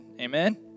Amen